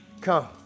Come